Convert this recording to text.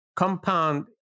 compound